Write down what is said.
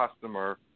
customer